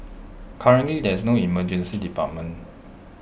currently there is no Emergency Department